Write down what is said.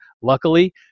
Luckily